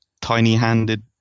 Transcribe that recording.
tiny-handed